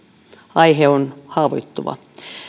aihe on haavoittuva